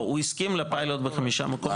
הוא הסכים לפיילוט בחמישה מקומות.